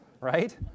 Right